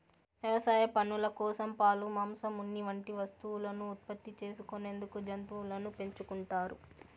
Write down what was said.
వ్యవసాయ పనుల కోసం, పాలు, మాంసం, ఉన్ని వంటి వస్తువులను ఉత్పత్తి చేసుకునేందుకు జంతువులను పెంచుకుంటారు